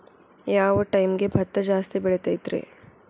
ಯಾವ ಟೈಮ್ಗೆ ಭತ್ತ ಜಾಸ್ತಿ ಬೆಳಿತೈತ್ರೇ?